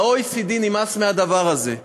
ב-OECD נמאס מהדבר הזה,